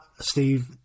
Steve